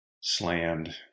slammed